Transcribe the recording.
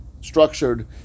structured